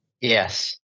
Yes